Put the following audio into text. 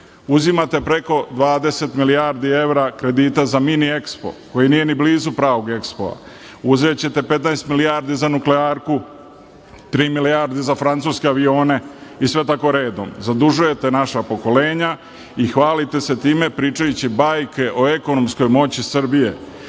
preko 20 milijardi evra kredita za mini EKSPO koji nije ni blizu pravog EKSPO. Uzećete 15 milijardi za nuklearku, tri milijarde za francuske avione i sve tako redom. Zadužujete naša pokolenja i hvalite se time pričajući bajke o ekonomskoj moći Srbije.